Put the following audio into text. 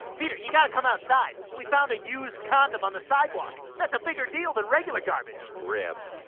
peter you gotta come outside we found a used condom on the sidewalk that's a bigger deal than regular garbage ribbed.